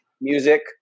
Music